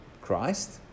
Christ